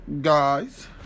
guys